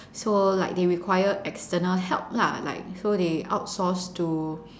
so like they require external help lah like so they outsource to